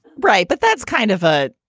right. but that's kind of a